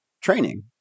training